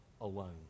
alone